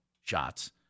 shots